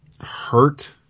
hurt